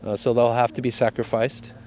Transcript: ah so they'll have to be sacrificed.